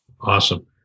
Awesome